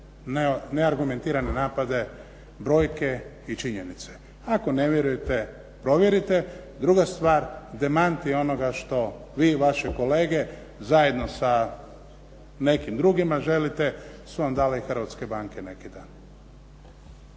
neargumentirane napade, brojke i činjenice. Ako ne vjerujete provjerite. Druga stvar, demanti onoga što vi i vaše kolege zajedno sa nekim drugima želite su vam dale i hrvatske banke neki dan.